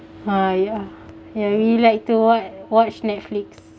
ah ya ya we like to wa~ watch netflix